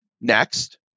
Next